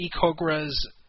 eCogra's –